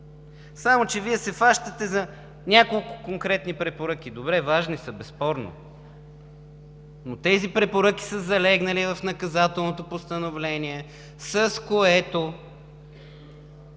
Само че Вие се хващате за няколко конкретни препоръки. Добре, важни са безспорно, но тези препоръки са залегнали в наказателното постановление, с което